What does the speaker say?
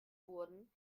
wurden